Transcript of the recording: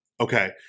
Okay